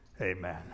amen